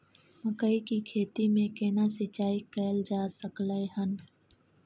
मकई की खेती में केना सिंचाई कैल जा सकलय हन?